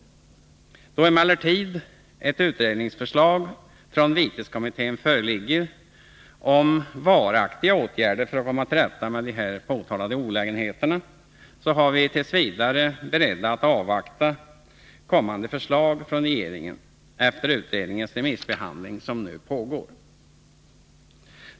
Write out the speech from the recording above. Då emellertid ett utredningsförslag från viteskommittén föreligger om varaktiga åtgärder för att komma till rätta med de här påtalade olägenheterna, är vi t.v. beredda att avvakta kommande förslag från regeringen efter den remissbehandling som nu pågår.